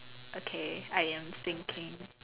okay I am thinking